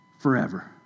forever